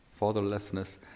fatherlessness